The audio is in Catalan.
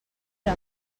era